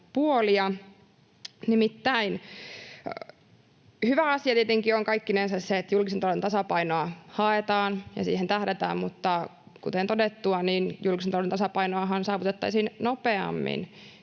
Hyvä asia tietenkin on kaikkinensa se, että julkisen talouden tasapainoa haetaan ja siihen tähdätään, mutta kuten todettua, julkisen talouden tasapainoahan saavutettaisiin nopeammin,